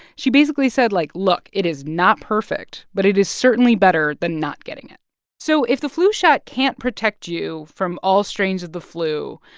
she basically said, like, look, it is not perfect, but it is certainly better than not getting it so if the flu shot can't protect you from all strains of the flu,